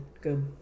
go